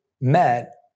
met